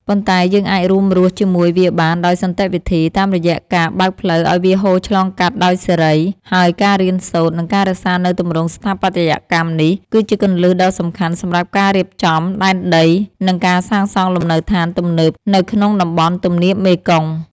ប៉ុន្តែយើងអាចរួមរស់ជាមួយវាបានដោយសន្តិវិធី តាមរយៈការបើកផ្លូវឱ្យវាហូរឆ្លងកាត់ដោយសេរី ហើយការរៀនសូត្រ និងការរក្សានូវទម្រង់ស្ថាបត្យកម្មនេះ គឺជាគន្លឹះដ៏សំខាន់សម្រាប់ការរៀបចំដែនដី និងការសាងសង់លំនៅដ្ឋានទំនើបនៅក្នុងតំបន់ទំនាបមេគង្គ។